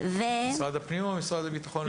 משרד הפנים או המשרד לבטחון לאומי?